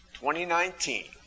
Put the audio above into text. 2019